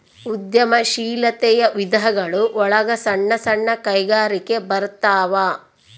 ಉದ್ಯಮ ಶೀಲಾತೆಯ ವಿಧಗಳು ಒಳಗ ಸಣ್ಣ ಸಣ್ಣ ಕೈಗಾರಿಕೆ ಬರತಾವ